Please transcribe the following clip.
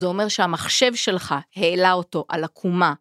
זה אומר שהמחשב שלך העלה אותו על עקומה.